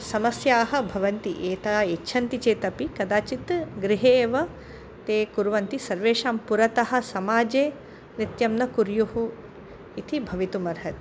समस्याः भवन्ति एताः इच्छन्ति चेदपि कदाचित् गृहे एव ते कुर्वन्ति सर्वेषां पुरतः समाजे नृत्यं न कुर्युः इति भवितुम् अर्हति